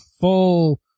full